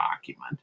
document